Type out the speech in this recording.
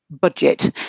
budget